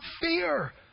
fear